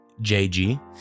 JG